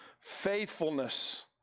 faithfulness